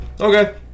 Okay